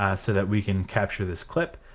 ah so that we can capture this clip.